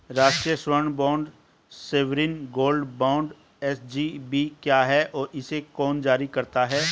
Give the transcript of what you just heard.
राष्ट्रिक स्वर्ण bond sovereign gold bond SGB क्या है और इसे कौन जारी करता है?